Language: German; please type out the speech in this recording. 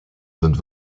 sind